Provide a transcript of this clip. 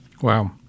Wow